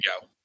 go